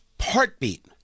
heartbeat